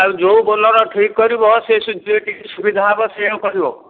ଆଉ ଯୋଉ ବୋେଲରୋ ଠିକ୍ କରିବ ସେ ଯିଏ ଟିକେ ସୁବିଧା ହେବ ସେଇଆକୁ କରିବ